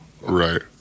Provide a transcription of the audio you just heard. Right